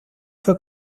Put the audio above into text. fue